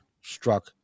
struck